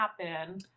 happen